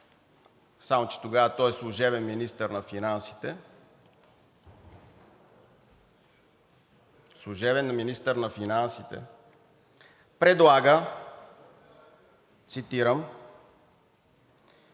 само че тогава той е служебен министър на финансите, предлага, цитирам,